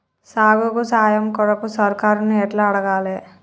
సాగుకు సాయం కొరకు సర్కారుని ఎట్ల అడగాలే?